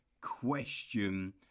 question